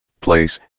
place